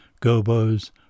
gobos